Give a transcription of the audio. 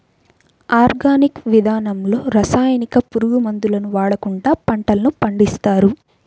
organic విధానంలో రసాయనిక, పురుగు మందులను వాడకుండా పంటలను పండిస్తారు